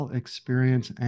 experience